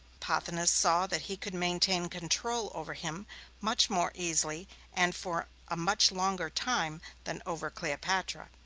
pothinus saw that he could maintain control over him much more easily and for a much longer time than over cleopatra.